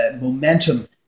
momentum